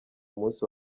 munsi